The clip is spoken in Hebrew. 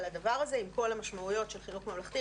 הדבר הזה עם כל המשמעויות של חינוך ממלכתי,